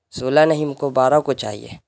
سولہ نہیں ہم کو بارہ کو چاہیے